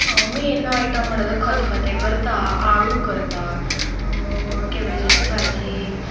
main item म्हणटात तो खतखतें करता आळू करता कॅबेजीची भाजी